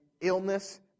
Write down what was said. illness